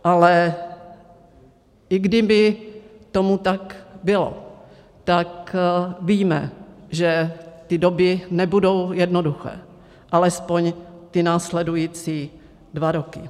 Ale i kdyby tomu tak bylo, tak víme, že ty doby nebudou jednoduché, alespoň ty následující dva roky.